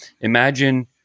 imagine